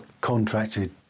contracted